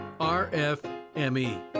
RFME